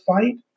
fight